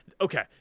Okay